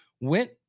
went